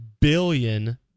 billion